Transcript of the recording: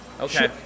Okay